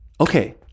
okay